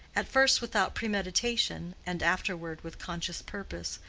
at first without premeditation, and afterward with conscious purpose,